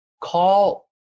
call